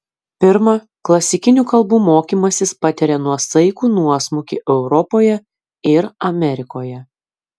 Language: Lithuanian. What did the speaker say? pirma klasikinių kalbų mokymasis patiria nuosaikų nuosmukį europoje ir amerikoje